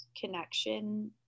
connection